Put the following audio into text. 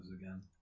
again